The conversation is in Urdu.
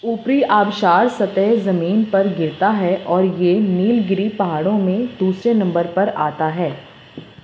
اوپری آبشار سطحِ زمین پر گرتا ہے اور یہ نیلگیری پہاڑوں میں دوسرے نمبر پر آتا ہے